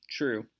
true